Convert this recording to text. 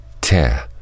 tear